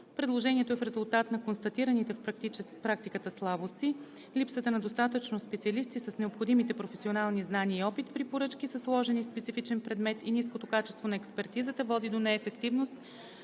Предложението е в резултат на констатираните в практиката слабости. Липсата на достатъчно специалисти с необходимите професионални знания и опит при поръчки със сложен и специфичен предмет и ниското качество на експертизата води до неефективност